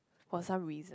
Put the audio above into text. for some reason